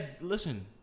listen